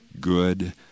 good